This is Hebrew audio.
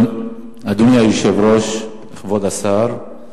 אדוני היושב-ראש, כבוד השר,